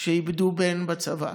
שאיבדו בן בצבא,